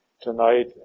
tonight